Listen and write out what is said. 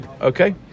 Okay